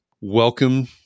welcome